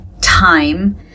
time